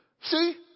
See